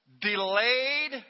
Delayed